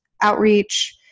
outreach